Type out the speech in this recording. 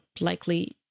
likely